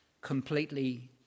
completely